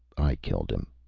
i killed him.